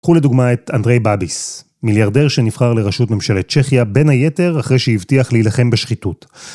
קחו לדוגמה את אנדריי באביס, מיליארדר שנבחר לראשות ממשלת צ'כיה בין היתר אחרי שהבטיח להילחם בשחיתות.